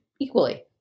equally